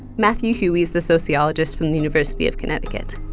matthew hughey is the sociologist from the university of connecticut.